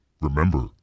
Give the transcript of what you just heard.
Remember